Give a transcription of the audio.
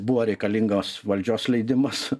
buvo reikalingos valdžios leidimas